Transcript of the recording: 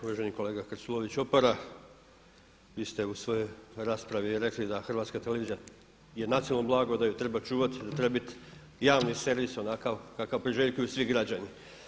Uvaženi kolega Krstulović Opara, vi ste u svojoj raspravi rekli da Hrvatska televizija je nacionalno blago, da ju treba čuvati, da treba biti javni servis onakav kakav priželjkuju svi građani.